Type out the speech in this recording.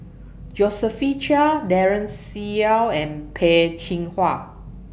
Josephine Chia Daren Shiau and Peh Chin Hua